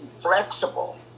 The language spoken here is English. flexible